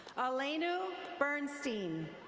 alanu bernstein.